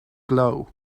glow